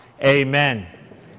Amen